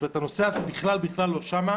זאת אומרת, הנושא הזה בכלל בכלל לא שם.